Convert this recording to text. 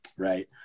Right